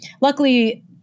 luckily